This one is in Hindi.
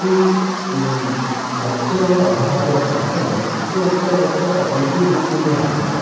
कि बच्चे व अभिभावक चाहते हैं कि उनका बच्चा तकनीकी रूप में भी आगे बढ़े